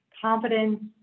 confidence